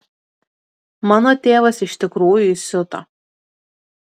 mano tėvas iš tikrųjų įsiuto